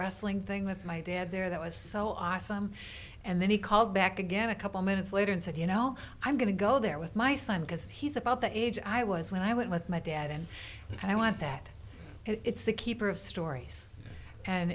wrestling thing with my dad there that was so awesome and then he called back again a couple minutes later and said you know i'm going to go there with my son because he's about the age i was when i went with my dad and i want that it's the keeper of stories and